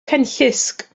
cenllysg